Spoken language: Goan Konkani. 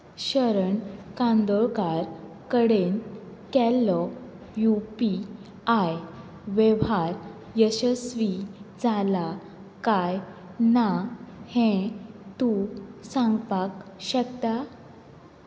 शरण कांदोळकार कडेन केल्लो यू पी आय वेव्हार यशस्वी जाला काय ना हें तूं सांगपाक शकता